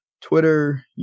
Twitter